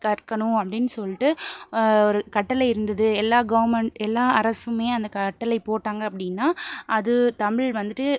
கற்கணும் அப்படின்னு சொல்லிட்டு ஒரு கட்டளை இருந்தது எல்லா கவர்மெ எல்லா அரசுமே அந்த கட்டளை போட்டாங்க அப்படின்னா அது தமிழ் வந்துட்டு